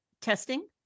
testing